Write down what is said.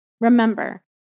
Remember